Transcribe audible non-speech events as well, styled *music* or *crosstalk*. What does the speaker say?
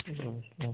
*unintelligible*